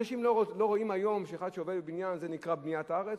אנשים לא רואים היום שאחד שעובד בבניין זה נקרא בניית הארץ.